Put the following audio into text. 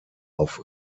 auf